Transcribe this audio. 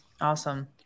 Awesome